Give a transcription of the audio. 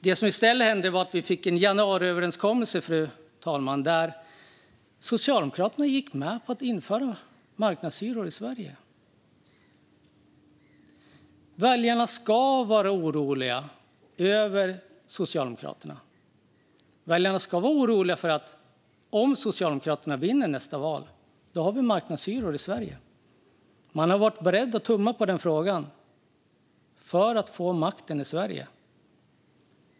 Jo, vi fick i stället en januariöverenskommelse där Socialdemokraterna gick med på att införa marknadshyror i Sverige. Väljarna ska vara oroliga över Socialdemokraterna. Väljarna ska vara oroliga för att Socialdemokraterna ska vinna nästa val, för då får vi marknadshyror i Sverige. Man har varit beredd att tumma på den frågan för att få makten i Sverige.